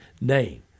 name